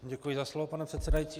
Děkuji za slovo, pane předsedající.